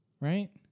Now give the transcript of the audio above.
Right